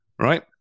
right